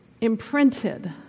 imprinted